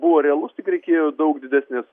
buvo realus tik reikėjo daug didesnės